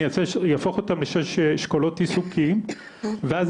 אני אהפוך אותם לשש אשכולות עיסוקים ואז